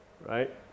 right